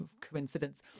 coincidence